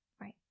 right